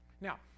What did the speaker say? Now